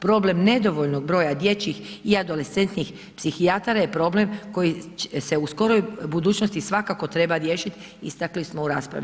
Problem nedovoljnog broja dječjih i adolescentnih psihijatara je problem koji se u skoroj budućnosti svakako treba riješiti istakli smo u raspravi.